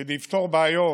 כדי לפתור בעיות